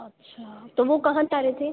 अच्छा तो वो कहाँ उतरे थे